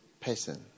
person